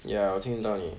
ya 我听到你